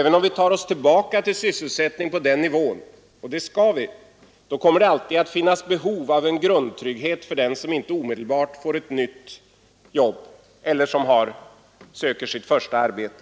Även om vi tar oss tillbaka till sysselsättning på den nivån, och det skall vi, kommer det alltid att finnas behov av en grundtrygghet för den som inte omedelbart får ett nytt jobb eller söker sitt första arbete.